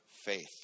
faith